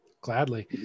Gladly